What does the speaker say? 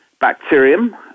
bacterium